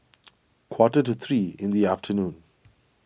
quarter to three in the afternoon